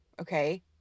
okay